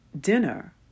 dinner